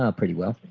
ah pretty well.